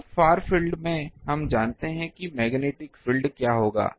अब far field में हम जानते हैं कि मैग्नेटिक फील्ड क्या होगा